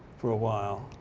for a while.